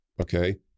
okay